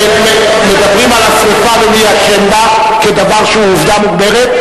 שמדברים על השרפה ומי אשם בה כדבר שהוא עובדה מוגמרת,